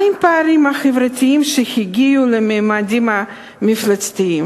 מה עם הפערים החברתיים, שהגיעו לממדים מפלצתיים?